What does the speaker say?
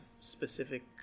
specific